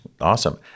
awesome